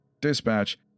Dispatch